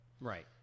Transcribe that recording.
right